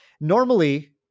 Normally